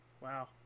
Wow